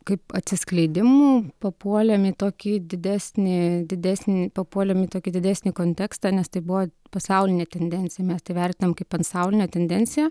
kaip atsiskleidimu papuolėm į tokį didesnį didesnį papuolėm į tokį didesnį kontekstą nes tai buvo pasaulinė tendencija mes tai vertinam kaip pasaulinę tendenciją